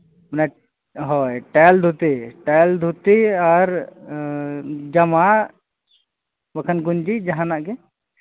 ᱢᱟᱱᱮ ᱦᱳᱭ ᱴᱟᱭᱟᱞ ᱫᱷᱩᱛᱤ ᱴᱟᱭᱟᱞ ᱫᱷᱩᱛᱤ ᱟᱨ ᱡᱟᱢᱟ ᱵᱟᱠᱷᱟᱱ ᱜᱮᱧᱡᱤ ᱡᱟᱦᱟᱱᱟᱜ ᱜᱮ